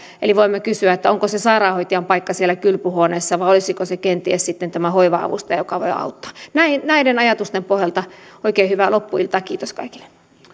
eli voimme kysyä onko se sairaanhoitajan paikka siellä kylpyhuoneessa vai olisiko se kenties sitten tämä hoiva avustaja joka voi auttaa näiden ajatusten pohjalta oikein hyvää loppuiltaa ja kiitos kaikille